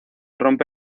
rompe